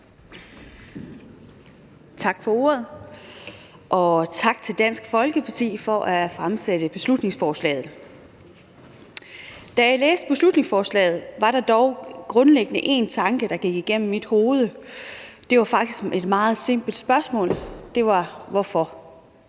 Tak for ordet, og tak til Dansk Folkeparti for at fremsætte beslutningsforslaget. Da jeg læste beslutningsforslaget, var der én grundlæggende en tanke, der gik igennem mit hoved, og det var faktisk et meget simpelt spørgsmål: Hvorfor